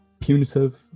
punitive